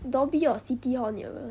dhoby or city hall nearer